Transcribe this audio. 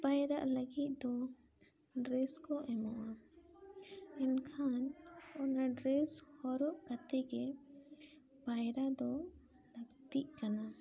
ᱯᱟᱭᱨᱟᱜ ᱞᱟᱹᱜᱤᱫ ᱫᱚ ᱰᱨᱮᱥ ᱠᱚ ᱮᱢᱚᱜᱼᱟ ᱮᱱᱠᱷᱚᱱ ᱚᱱᱟ ᱰᱨᱮᱥ ᱦᱚᱨᱚᱜ ᱠᱟᱛᱮ ᱜᱮ ᱯᱟᱭᱨᱟ ᱫᱚ ᱞᱟᱹᱠᱛᱤᱜ ᱠᱟᱱᱟ